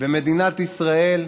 במדינת ישראל,